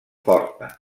forta